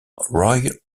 roy